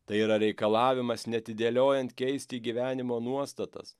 tai yra reikalavimas neatidėliojant keisti gyvenimo nuostatas